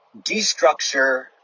destructure